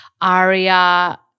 Aria –